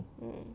mm